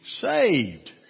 saved